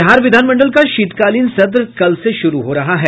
बिहार विधानमंडल का शीतकालीन सत्र कल से शुरू हो रहा है